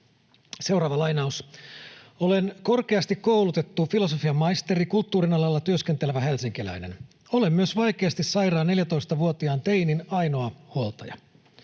Seuraava lainaus: ”Olen korkeasti koulutettu filosofian maisteri, kulttuurin alalla työskentelevä helsinkiläinen. Olen myös vaikeasti sairaan 14-vuotiaan teinin ainoa huoltaja.